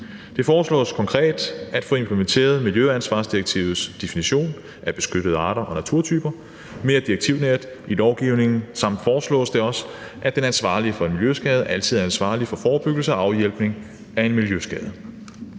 Det foreslås konkret at få implementeret miljøansvarsdirektivets definition af beskyttede arter og naturtyper mere direktivnært i lovgivningen, og det foreslås også, at den ansvarlige for en miljøskade altid er ansvarlig for forebyggelse og afhjælpning af en miljøskade.